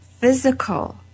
physical